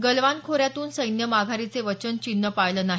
गलवाण खोऱ्यातून सैन्य माघारीचे वचन चीननं पाळलं नाही